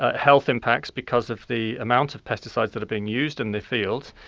ah health impacts because of the amount of pesticides that are being used in the fields.